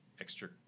extra